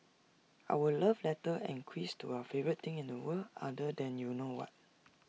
our love letter and quiz to our favourite thing in the world other than you know what